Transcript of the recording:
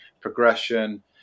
progression